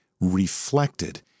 Reflected